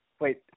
wait